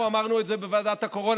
אנחנו אמרנו את זה בוועדת הקורונה,